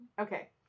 Okay